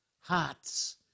hearts